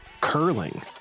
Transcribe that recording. curling